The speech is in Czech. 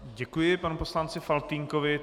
Děkuji panu poslanci Faltýnkovi.